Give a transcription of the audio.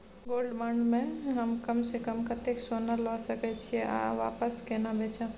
Gold bond म हम कम स कम कत्ते सोना ल सके छिए आ वापस केना बेचब?